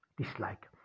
dislike